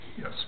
Yes